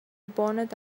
bonnet